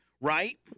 Right